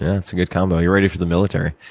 that's a good combo. you're ready for the military.